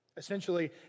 Essentially